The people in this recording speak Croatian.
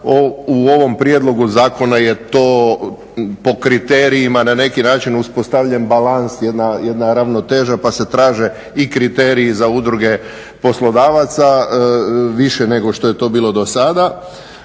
U ovom prijedlogu zakona je to po kriterijima na neki način uspostavljen balans, jedna ravnoteža pa se traže i kriteriji za udruge poslodavaca više nego što je to bilo do sada,